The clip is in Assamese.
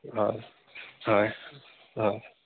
হয় হয় হয়